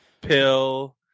Pill